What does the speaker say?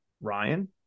Ryan